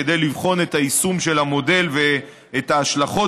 כדי לבחון את היישום של המודל ואת ההשלכות